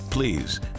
please